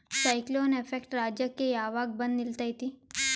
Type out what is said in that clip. Cyclone effect ರಾಜ್ಯಕ್ಕೆ ಯಾವಾಗ ಬಂದ ನಿಲ್ಲತೈತಿ?